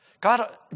God